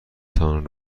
تان